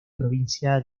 provincia